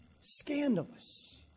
Scandalous